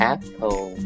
Apple